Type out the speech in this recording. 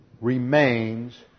remains